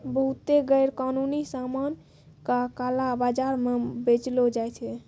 बहुते गैरकानूनी सामान का काला बाजार म बेचलो जाय छै